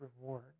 reward